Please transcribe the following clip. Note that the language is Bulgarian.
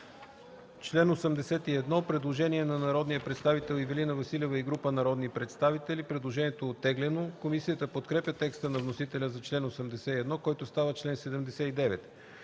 Член 82 – предложение на народния представител Ивелина Василева и група народни представители. Предложението е оттеглено. Комисията подкрепя текста на вносителя за чл. 82, който става чл. 80.